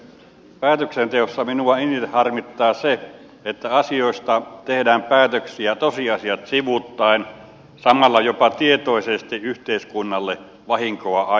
päätöksenteossa minua eniten harmittaa se että asioista tehdään päätöksiä tosiasiat sivuuttaen samalla jopa tietoisesti yhteiskunnalle vahinkoa aiheuttaen